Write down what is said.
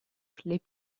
les